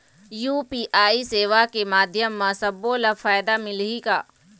UPI सेवा के माध्यम म सब्बो ला फायदा मिलही का?